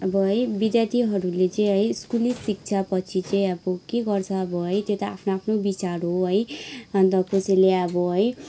अब है विद्यार्थीहरूले चाहिँ है स्कुली शिक्षापछि चाहिँ अब के गर्छ अब है त्यो त आफ्नो आफ्नो बिचार हो है अन्त कसैले अब है